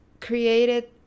created